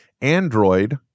Android